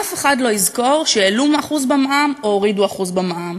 אף אחד לא יזכור שהעלו 1% במע"מ או הורידו 1% במע"מ,